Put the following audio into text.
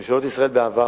ממשלות ישראל בעבר